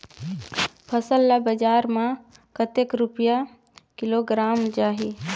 फसल ला बजार मां कतेक रुपिया किलोग्राम जाही?